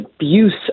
abuse